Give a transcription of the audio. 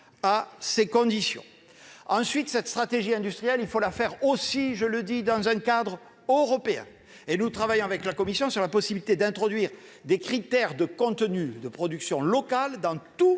à ses conditions. Ensuite, cette stratégie industrielle doit aussi être menée dans un cadre européen et nous travaillons avec la Commission sur la possibilité d'introduire des critères de contenu de production locale dans tous